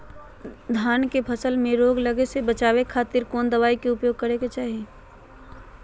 धान के फसल मैं रोग लगे से बचावे खातिर कौन दवाई के उपयोग करें क्या चाहि?